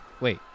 Wait